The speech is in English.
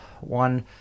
one